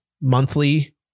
monthly